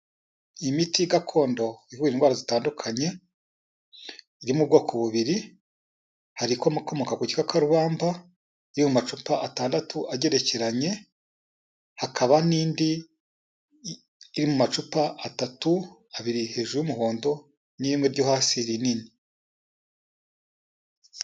Imiti gakondo ivura indwara zitandukanye iri mu bwoko bubiri hari ikomoka ku gikakarubamba yo mu macupa atandatu agerekeranye hakaba n'indi iri mu macupa atatu abiri hejuru y'umuhondo na rimwe ryo hasi rinini.